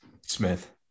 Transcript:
Smith